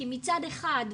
כי מצד אחד,